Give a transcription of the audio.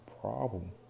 problem